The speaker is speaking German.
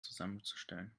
zusammenzustellen